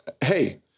hey